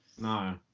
No